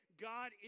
God